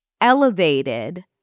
elevated